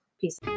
Peace